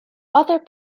other